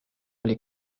oli